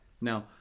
Now